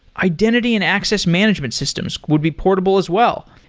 identity and access management systems would be portable as well,